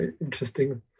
interesting